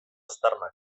aztarnak